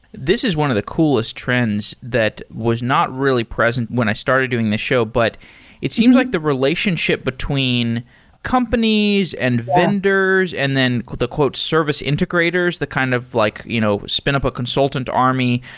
this is one of the coolest trends that was not really present when i started doing this show. but it seems like the relationship between companies and vendors and then the service integrators, the kind of like you know spin up a consultant army,